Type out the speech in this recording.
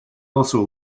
also